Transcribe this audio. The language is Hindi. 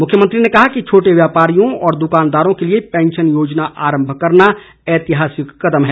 मुख्यमंत्री ने कहा कि छोटे व्यापारियों और दुकानदारों के लिए पैंशन योजना आरंभ करना ऐतिहासिक कदम है